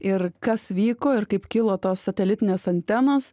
ir kas vyko ir kaip kilo tos satelitinės antenos